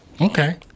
Okay